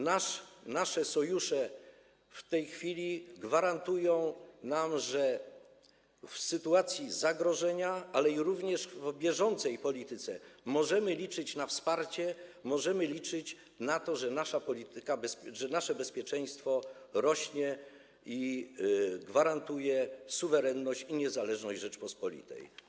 Nasze sojusze w tej chwili gwarantują nam, że w sytuacji zagrożenia, ale również w bieżącej polityce możemy liczyć na wsparcie, możemy liczyć na to, że nasze bezpieczeństwo rośnie i gwarantuje suwerenność i niezależność Rzeczypospolitej.